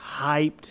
hyped